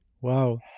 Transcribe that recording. Wow